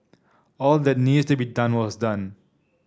all that needs to be done was done